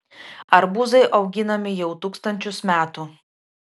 arbūzai auginami jau tūkstančius metų